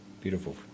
Beautiful